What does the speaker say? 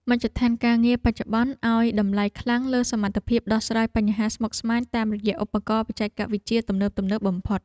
មជ្ឈដ្ឋានការងារបច្ចុប្បន្នឱ្យតម្លៃខ្លាំងលើសមត្ថភាពដោះស្រាយបញ្ហាស្មុគស្មាញតាមរយៈឧបករណ៍បច្ចេកវិទ្យាទំនើបៗបំផុត។